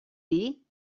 dir